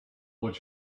what